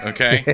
Okay